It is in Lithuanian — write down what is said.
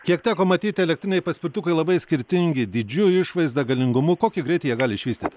kiek teko matyti elektriniai paspirtukai labai skirtingi dydžiu išvaizda galingumu kokį greitį jie gali išvystyt